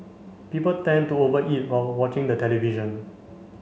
people tend to over eat while watching the television